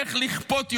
איך לכפות יותר,